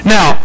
Now